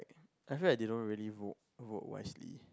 I feel like they don't really vote vote wisely